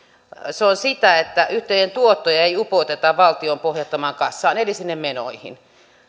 on sitä että yhtiön tuottoja ei upoteta valtion pohjattomaan kassaan eli sinne menoihin